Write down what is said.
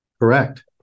Correct